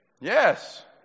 Yes